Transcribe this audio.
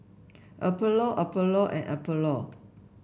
Apollo Apollo and Apollo